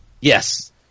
Yes